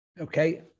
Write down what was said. okay